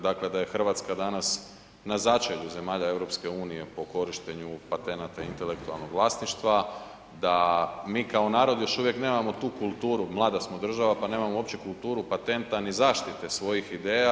Dakle, da je Hrvatska danas na začelju zemalja EU po korištenju patenata intelektualnog vlasništva, da mi kao narod još uvijek nemamo tu kulturu, mlada smo država pa nemamo uopće kulturu patenta ni zaštite svojih ideja.